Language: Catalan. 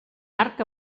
arc